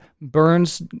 burns